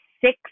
six